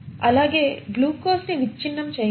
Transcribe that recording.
అలాగే గ్లూకోజ్ ని విచ్చిన్నం చేయాలి